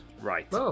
Right